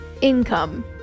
income